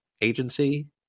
agency